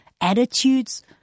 attitudes